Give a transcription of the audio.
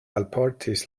alportis